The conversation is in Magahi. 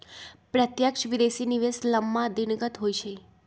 प्रत्यक्ष विदेशी निवेश लम्मा दिनगत होइ छइ